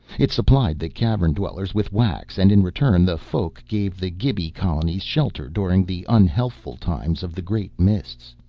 it supplied the cavern dwellers with wax, and in return the folk gave the gibi colonies shelter during the unhealthful times of the great mists.